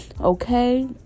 Okay